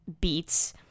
beats